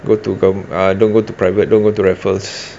go to gover~ ah don't go to private don't go to raffle's